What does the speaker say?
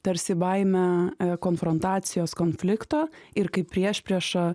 tarsi baimę konfrontacijos konflikto ir kaip priešpriešą